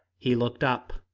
he looked up,